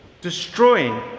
destroying